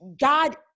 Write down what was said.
God